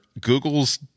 Google's